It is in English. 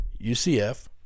UCF